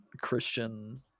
Christian